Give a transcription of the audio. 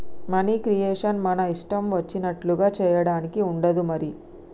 money creation మన ఇష్టం వచ్చినట్లుగా చేయడానికి ఉండదు మరి